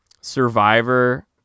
Survivor